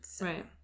right